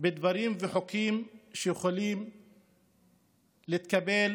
בדברים וחוקים שיכולים להתקבל